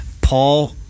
Paul